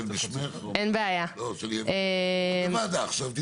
איזו ועדה עכשיו?